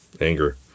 anger